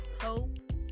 hope